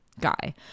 guy